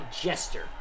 jester